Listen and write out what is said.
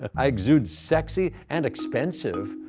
i exude sexy and expensive.